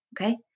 Okay